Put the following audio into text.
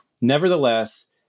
nevertheless